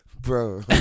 Bro